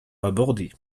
abordés